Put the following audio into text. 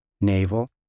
navel